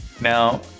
Now